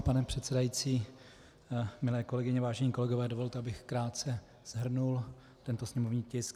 Pane předsedající, milé kolegyně, vážení kolegové, dovolte, abych krátce shrnul tento sněmovní tisk 745.